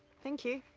thank you.